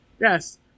Yes